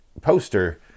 poster